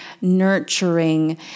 nurturing